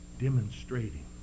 Demonstrating